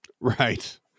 Right